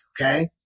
okay